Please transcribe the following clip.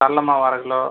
கல்லைமாவு அரை கிலோ